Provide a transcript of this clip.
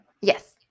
Yes